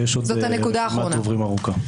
יש רשימת דוברים ארוכה.